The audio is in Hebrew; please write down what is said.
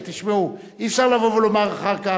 תשמעו, אי-אפשר לבוא ולומר אחר כך: